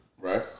Right